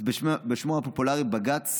בשמו הפופולרי, בג"ץ